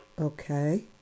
Okay